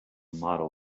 model